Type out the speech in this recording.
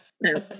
No